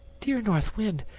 dear north wind,